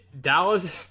Dallas